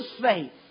faith